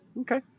okay